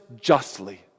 justly